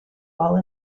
while